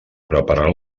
preparar